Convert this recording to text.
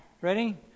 Ready